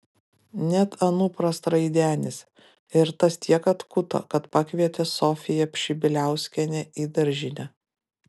net anupras traidenis ir tas tiek atkuto kad pakvietė sofiją pšibiliauskienę į daržinę